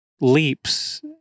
leaps